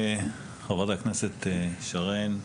חברת הכנסת שרן השכל,